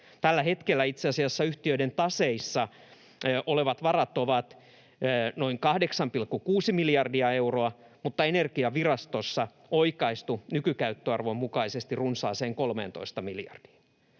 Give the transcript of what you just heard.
Tällä hetkellä itse asiassa yhtiöiden taseissa olevat varat ovat noin 8,6 miljardia euroa, mutta Energiavirastossa oikaistu nykykäyttöarvon mukaisesti runsaaseen 13 miljardiin.